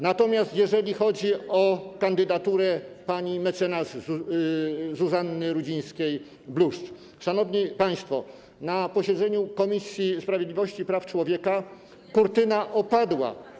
Natomiast jeżeli chodzi o kandydaturę pani mecenas Zuzanny Rudzińskiej-Bluszcz, szanowni państwo, muszę powiedzieć, że na posiedzeniu Komisji Sprawiedliwości i Praw Człowieka kurtyna opadła.